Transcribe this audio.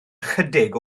ychydig